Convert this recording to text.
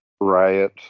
Riot